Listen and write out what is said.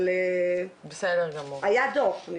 אבל היה דו"ח,